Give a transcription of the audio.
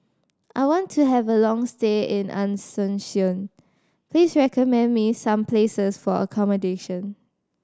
I want to have a long stay in Asuncion please recommend me some places for accommodation